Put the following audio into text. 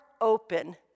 open